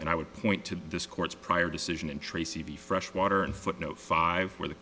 and i would point to this court's prior decision in tracy v freshwater in footnote five where the